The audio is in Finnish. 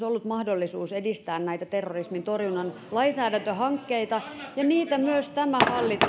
ollut mahdollisuus edistää näitä terrorismin torjunnan lainsäädäntöhankkeita ja niitä myös tämä hallitus